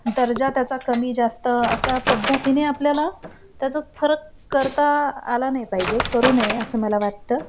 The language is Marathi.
दर्जा त्याचा कमी जास्त अशा पद्धतीने आपल्याला त्याचं फरक करता आला नाही पाहिजे करू नये असं मला वाटतं